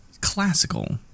classical